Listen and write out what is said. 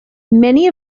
many